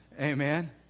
Amen